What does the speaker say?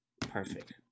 perfect